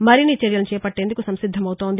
మరిన్ని చర్యలను చేపట్టేందుకు సంసిద్దమవుతోంది